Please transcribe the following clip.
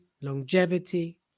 longevity